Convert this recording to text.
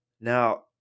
Now